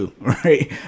right